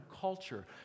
culture